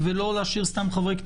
שאלה רביעית ואחרונה